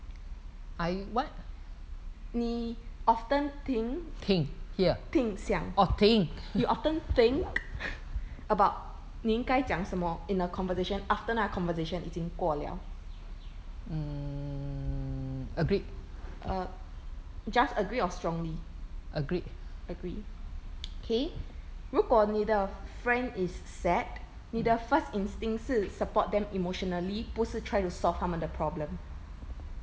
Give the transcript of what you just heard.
你 often think think 想 you often think about 你应该讲什么 in a conversation after 那 conversation 已经过了 a~ just agree or strongly agree okay 如果你的 friend is sad 你的 first instinct 是 support them emotionally 不是 try to solve 他们的 problem